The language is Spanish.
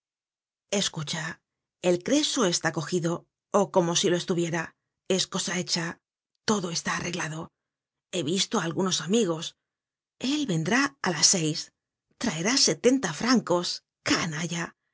escucha el creso está cogido ó como si lo estuviera es cosa hecha todo está arreglado he visto á algunos amigos él vendrá á las seis traerá sesenta francos canalla